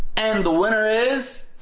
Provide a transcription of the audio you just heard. and the winner is.